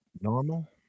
Normal